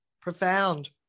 Profound